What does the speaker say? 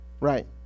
right